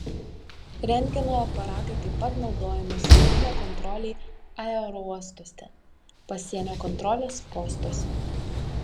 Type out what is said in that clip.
rentgeno aparatai taip pat naudojami saugumo kontrolei aerouostuose pasienio kontrolės postuose